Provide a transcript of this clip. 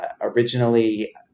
originally